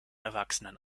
erwachsenen